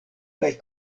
kaj